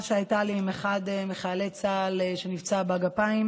שהייתה לי עם אחד מחיילי צה"ל שנפצע בגפיים,